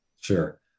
Sure